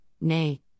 nay